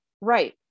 right